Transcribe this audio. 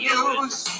use